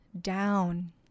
down